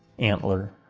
antler,